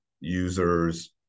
users